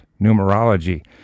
numerology